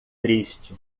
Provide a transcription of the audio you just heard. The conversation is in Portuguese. triste